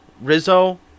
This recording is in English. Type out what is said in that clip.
Rizzo